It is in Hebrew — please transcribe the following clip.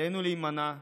עלינו להימנע,